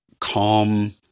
calm